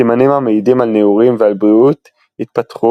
סימנים המעידים על נעורים ועל בריאות התפתחו